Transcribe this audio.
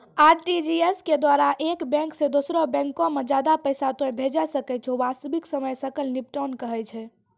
RTGS के द्वारा एक बैंक से दोसरा बैंको मे ज्यादा पैसा तोय भेजै सकै छौ वास्तविक समय सकल निपटान कहै छै?